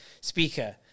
speaker